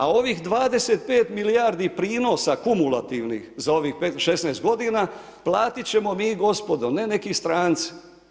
A ovih 25 milijardi prinosa kumulativnih za ovih 16 godina platit ćemo mi gospodo, ne neki stranci.